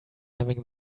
having